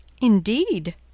Indeed